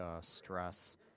stress